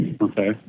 Okay